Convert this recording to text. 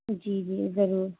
جی جی ضرور